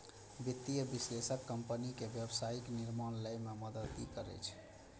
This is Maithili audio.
वित्तीय विश्लेषक कंपनी के व्यावसायिक निर्णय लए मे मदति करै छै